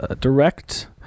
Direct